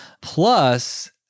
Plus